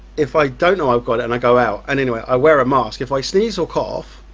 if i don't i've got it and i go out and anyway i wear a mask, if i sneeze or cough